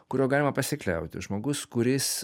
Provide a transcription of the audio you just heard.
kuriuo galima pasikliauti žmogus kuris